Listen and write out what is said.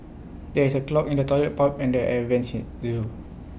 there is A clog in the Toilet Pipe and the air Vents at the Zoo